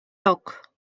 yok